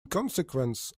consequence